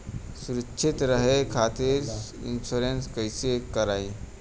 सुरक्षित रहे खातीर इन्शुरन्स कईसे करायी?